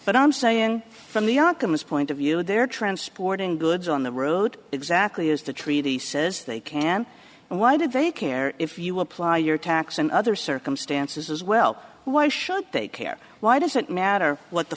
but i'm saying from the ockham's point of view they're transporting goods on the road exactly is the treaty says they can and why do they care if you apply your tax and other circumstances as well why should they care why does it matter what the